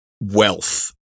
wealth